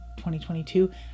2022